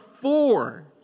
four